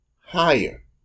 Higher